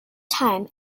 time